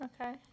Okay